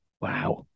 Wow